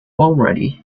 already